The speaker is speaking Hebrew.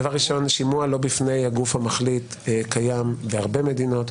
שימוע לא בפני הגוף המחליט קיים בהרבה מדינות.